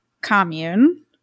commune